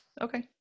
Okay